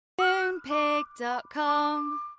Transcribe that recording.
Moonpig.com